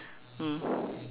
mm